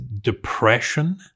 depression